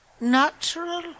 natural